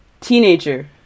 teenager